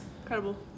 incredible